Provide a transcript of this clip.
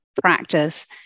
practice